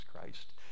Christ